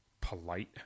polite